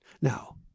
Now